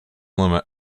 limit